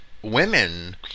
women